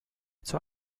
zur